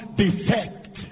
defect